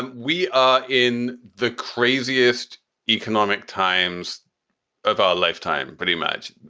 and we are in the craziest economic times of our lifetime pretty much.